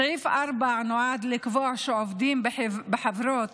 סעיף 4 נועד לקבוע שעובדים בחברות